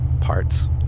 parts